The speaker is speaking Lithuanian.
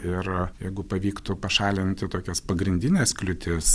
ir jeigu pavyktų pašalinti tokias pagrindines kliūtis